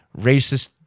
racist